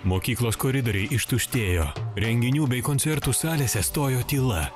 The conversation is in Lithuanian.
mokyklos koridoriai ištuštėjo renginių bei koncertų salėse stojo tyla